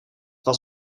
was